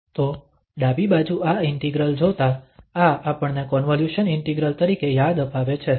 તો ડાબી બાજુ આ ઇન્ટિગ્રલ જોતા આ આપણને કોન્વોલ્યુશન ઇન્ટિગ્રલ તરીકે યાદ અપાવે છે